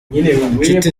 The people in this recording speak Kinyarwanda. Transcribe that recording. inshuti